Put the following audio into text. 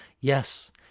Yes